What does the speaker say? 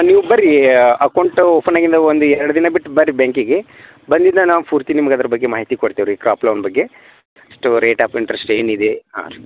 ನೀವು ಬನ್ರಿ ಅಕೌಂಟು ಓಪನ್ನಾಗಿಂದ ಒಂದು ಎರಡು ದಿನ ಬಿಟ್ಟು ಬರ್ರಿ ಬ್ಯಾಂಕಿಗೆ ಬಂದಿದ್ನ ನಾವು ಪೂರ್ತಿ ನಿಮ್ಗೆ ಅದ್ರ ಬಗ್ಗೆ ಮಾಹಿತಿ ಕೊಡ್ತೇವ್ರಿ ಕ್ರಾಪ್ ಲೋನ್ ಬಗ್ಗೆ ಎಷ್ಟು ರೇಟ್ ಆಫ್ ಇಂಟ್ರೆಸ್ಟ್ ಏನಿದೆ ಹಾಂ ರೀ